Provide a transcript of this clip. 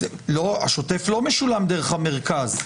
לא, השוטף לא משולם דרך המרכז.